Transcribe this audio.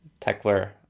Techler